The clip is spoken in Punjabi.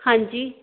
ਹਾਂਜੀ